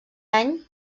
any